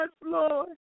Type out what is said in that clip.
Lord